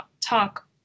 talk